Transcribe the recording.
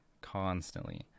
constantly